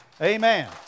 Amen